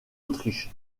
autriche